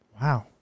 Wow